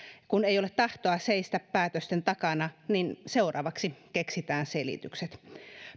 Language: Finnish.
kun ei ole tahtoa seistä päätösten takana niin seuraavaksi keksitään selitykset